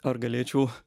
ar galėčiau